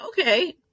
okay